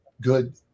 good